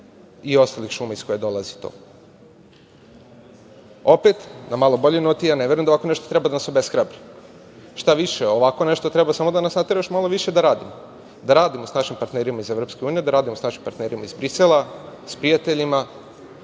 i ostalih šuma iz kojih dolazi to. Opet, ne verujem da ovako nešto treba da nas obeshrabri. Štaviše, ovako nešto treba da nas natera još malo više da radimo, da radimo sa našim partnerima iz Evropske unije, da radimo sa našim partnerima iz Brisela, sa prijateljima,